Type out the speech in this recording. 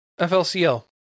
FLCL